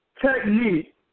technique